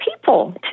people